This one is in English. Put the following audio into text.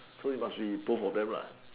so it must be both of them